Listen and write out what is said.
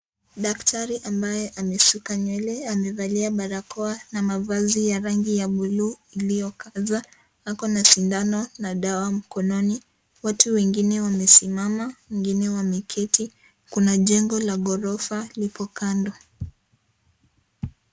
Daktari ambaye amesuka Nywele, amevalia barakoa na mavazi ya rangi ya blue iliyokolea na ako na sindano na dawa mkononi. Watu wengine wamesimama na wengine wameketi. Kuna jengo la ghorofa liko kando.